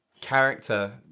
character